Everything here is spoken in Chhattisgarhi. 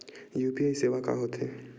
यू.पी.आई सेवा का होथे?